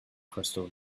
crystal